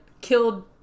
killed